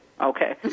Okay